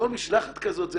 כל משלחת כזאת,